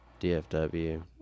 DFW